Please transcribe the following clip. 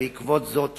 בעקבות זאת,